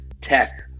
tech